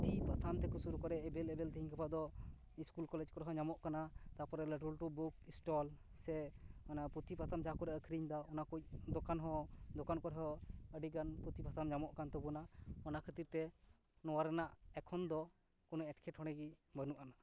ᱯᱩᱛᱷᱤ ᱯᱟᱛᱷᱟᱢ ᱛᱷᱮᱠᱮ ᱥᱩᱨᱩ ᱠᱚᱨᱮ ᱮᱵᱮᱞᱮᱵᱮᱞ ᱛᱤᱦᱤᱧ ᱜᱟᱯᱟ ᱫᱚ ᱤᱥᱠᱩᱞ ᱠᱚᱞᱮᱡ ᱠᱚᱨᱮ ᱦᱚᱸ ᱧᱟᱢᱚᱜ ᱠᱟᱱᱟ ᱛᱟᱯᱚᱨᱮ ᱞᱟᱹᱴᱩ ᱞᱟᱹᱴᱩ ᱵᱩᱠ ᱥᱴᱚᱞ ᱥᱮ ᱯᱩᱛᱷᱤ ᱯᱟᱛᱷᱟᱢ ᱡᱟᱦᱟᱸ ᱠᱚᱨᱮ ᱟᱹᱠᱷᱨᱤᱧ ᱮᱫᱟ ᱚᱱᱟ ᱠᱩᱡ ᱫᱚᱠᱟᱱ ᱦᱚᱸ ᱫᱚᱠᱟᱱ ᱠᱚᱨᱮ ᱦᱚᱸ ᱟᱹᱰᱤ ᱜᱟᱱ ᱯᱩᱛᱷᱤ ᱯᱟᱛᱷᱟᱢ ᱧᱟᱢᱚᱜ ᱠᱟᱱ ᱛᱟᱵᱚᱱᱟ ᱚᱱᱟ ᱠᱷᱟᱹᱛᱤᱨ ᱛᱮ ᱱᱚᱶᱟ ᱨᱮᱱᱟᱜ ᱮᱠᱷᱚᱱ ᱫᱚ ᱠᱳᱱᱚ ᱮᱴᱠᱮ ᱴᱚᱲᱮ ᱜᱮ ᱵᱟᱹᱱᱩᱜ ᱟᱱᱟᱜ